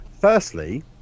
firstly